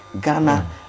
ghana